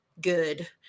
good